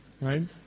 right